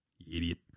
Idiot